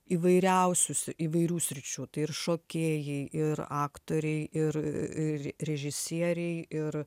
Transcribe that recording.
įvairiausių s įvairių sričių tai ir šokėjai ir aktoriai ir ir režisieriai ir